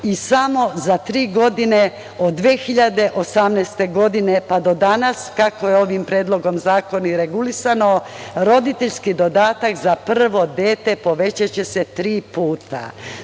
Samo za tri godine, od 2018. godine pa do danas, kako je ovim Predlogom zakona i regulisano, roditeljski dodatak za prvo dete povećaće se tri puta.